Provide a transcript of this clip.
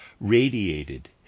radiated